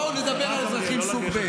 בואו נדבר על אזרחים סוג ב'.